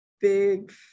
big